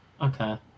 Okay